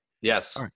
Yes